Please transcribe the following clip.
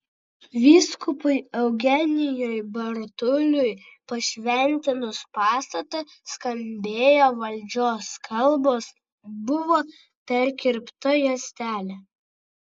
vyskupui eugenijui bartuliui pašventinus pastatą skambėjo valdžios kalbos buvo perkirpta juostelė